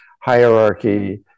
hierarchy